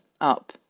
up